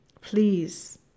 Please